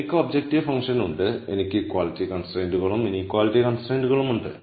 എനിക്ക് objective function ഉണ്ട് എനിക്ക് ഇക്വാളിറ്റി കൺസ്ട്രൈയ്ന്റുകളും ഇനീക്വളിറ്റി കൺസ്ട്രെന്റുകളും ഉണ്ട്